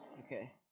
okay